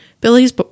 Billy's